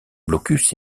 blocus